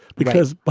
because.